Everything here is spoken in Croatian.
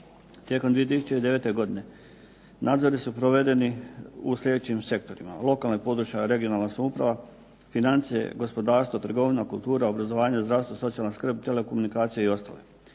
Tijekom 2009. godine nadzori su provedeni u sljedećim sektorima: lokalna i područna (regionalna) samouprava, financije, gospodarstvo, trgovina, kultura, obrazovanje, zdravstvo, socijalna skrb, telekomunikacije i ostale.